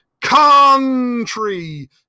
country